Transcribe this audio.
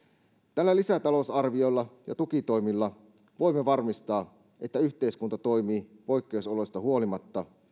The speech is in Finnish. tällä lisätalousarviolla ja tukitoimilla voimme varmistaa että yhteiskunta toimii poikkeusoloista huolimatta